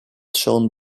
shown